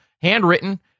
handwritten